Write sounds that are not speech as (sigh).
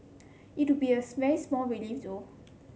it would be a (unintelligible) very small relief though